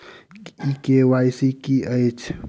ई KYC की अछि?